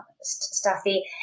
stuffy